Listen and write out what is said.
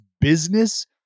business